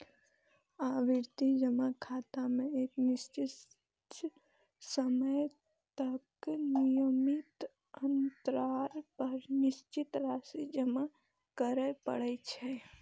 आवर्ती जमा खाता मे एक निश्चित समय तक नियमित अंतराल पर निश्चित राशि जमा करय पड़ै छै